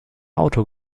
auto